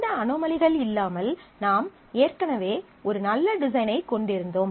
இந்த அனோமலிகள் இல்லாமல் நாம் ஏற்கனவே ஒரு நல்ல டிசைனைக் கொண்டிருந்தோம்